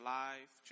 life